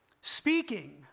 Speaking